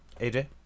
AJ